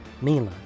Mila